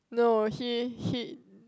no he he